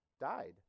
died